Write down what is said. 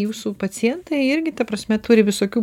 jūsų pacientai irgi ta prasme turi visokių